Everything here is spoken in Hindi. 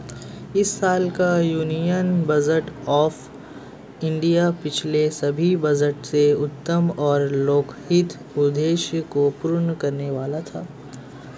इस साल का यूनियन बजट ऑफ़ इंडिया पिछले सभी बजट से उत्तम और लोकहित उद्देश्य को पूर्ण करने वाला था